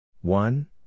One